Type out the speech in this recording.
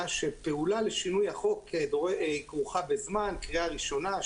שפעולה לשינוי החוק כרוכה בזמן קריאה ראשונה,